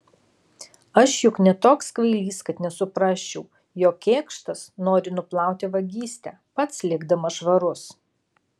aš juk ne toks kvailys kad nesuprasčiau jog kėkštas nori nuplauti vagystę pats likdamas švarus